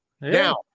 Now